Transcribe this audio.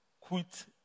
quit